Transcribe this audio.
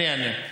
אני אענה.